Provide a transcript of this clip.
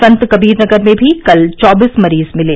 संतकबीर नगर में भी कल चौबीस मरीज मिले